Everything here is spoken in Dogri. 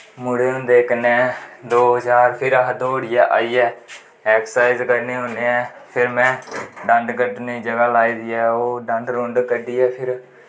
मुड़े होंदा दो चार फिर अस दौड़ियै आईयै ऐक्स्रसाइज़ करनें होनें ऐं फिर में बैंड कड्डनें गी जगा लाई दी ऐ ओह् बैंड कड्डियै फिर